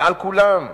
ועל כולם,